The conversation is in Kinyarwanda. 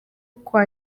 kwa